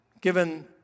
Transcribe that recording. given